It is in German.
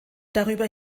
darüber